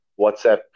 WhatsApp